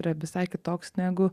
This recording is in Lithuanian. yra visai kitoks negu